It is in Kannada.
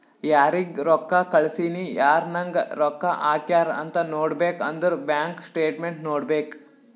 ಯಾರಿಗ್ ರೊಕ್ಕಾ ಕಳ್ಸಿನಿ, ಯಾರ್ ನಂಗ್ ರೊಕ್ಕಾ ಹಾಕ್ಯಾರ್ ಅಂತ್ ನೋಡ್ಬೇಕ್ ಅಂದುರ್ ಬ್ಯಾಂಕ್ ಸ್ಟೇಟ್ಮೆಂಟ್ ನೋಡ್ಬೇಕ್